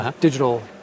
digital